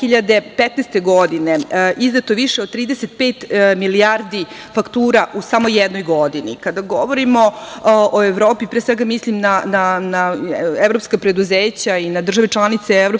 2015. godine izdato više od 35 milijardi faktura u samo jednoj godini. Kada govorimo o Evropi, pre svega mislim na evropska preduzeća i na države članice EU,